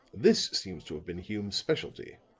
this seems to have been hume's specialty.